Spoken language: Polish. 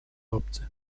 obcy